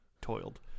toiled